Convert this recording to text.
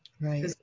Right